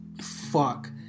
fuck